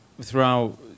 throughout